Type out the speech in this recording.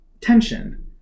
tension